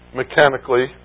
mechanically